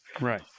Right